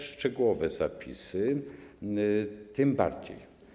Szczegółowe zapisy tym bardziej.